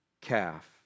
calf